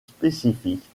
spécifique